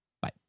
bye